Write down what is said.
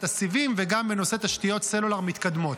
הסיבים וגם בנושא תשתיות סלולר מתקדמות.